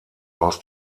aus